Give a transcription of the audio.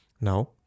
now